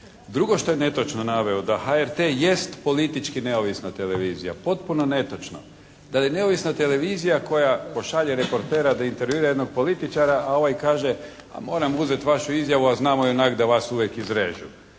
Drugo što je netočno naveo, da HRT jest politički neovisna televizija. Potpuno netočno. Da je neovisna televizija koja pošalje reportera da intervjuira jednog političara, a ovaj kaže pa moram uzeti vašu izjavu a znamo i onako da vas uvijek izrežu.